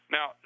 Now